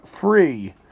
Free